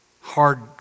hard